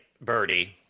Birdie –